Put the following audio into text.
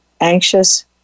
anxious